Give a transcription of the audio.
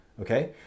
Okay